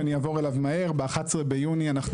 שאני אעבור עליו מהר ב-11 ביוני אנחנו,